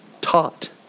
taught